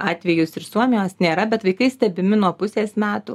atvejus ir suomijos nėra bet vaikai stebimi nuo pusės metų